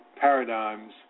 paradigms